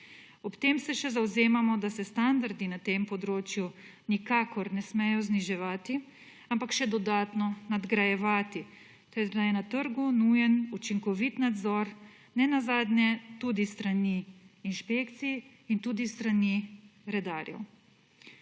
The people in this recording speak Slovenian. Ob tem se še zavzemamo, da se standardi na tem področju nikakor ne smejo zniževati, ampak še dodatno nadgrajevati ter da je na trgu nujen učinkovit nadzor nenazadnje tudi s strani inšpekcij in tudi s strani redarjev